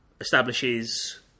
establishes